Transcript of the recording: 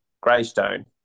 Greystone